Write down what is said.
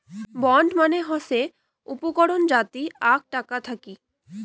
bond মানে হসে উপকরণ যাতি আক টাকা থাকি